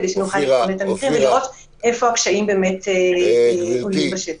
כדי שנוכל לראות איפה הקשיים עולים בשטח.